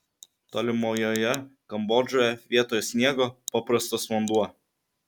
tolimojoje kambodžoje vietoj sniego paprastas vanduo